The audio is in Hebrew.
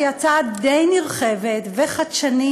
שהיא הצעה די נרחבת וחדשנית,